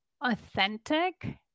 authentic